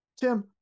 Tim